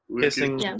Kissing